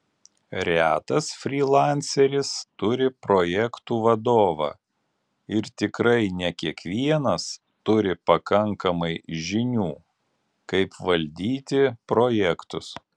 retas frylanceris turi projektų vadovą ir tikrai ne kiekvienas turi pakankamai žinių kaip valdyti projektus